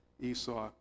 Esau